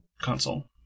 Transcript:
console